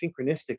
synchronistic